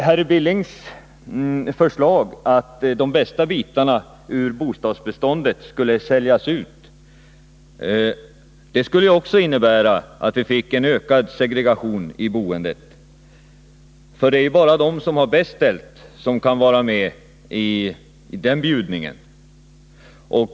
Herr Billings förslag att de bästa bitarna ur bostadsbeståndet skulle säljas ut skulle också innebära att vi fick en ökad segregation i boendet. Det är bara de som har bäst ställt som kan vara med i den bjudningen.